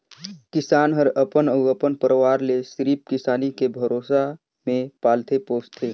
किसान हर अपन अउ अपन परवार ले सिरिफ किसानी के भरोसा मे पालथे पोसथे